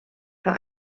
bei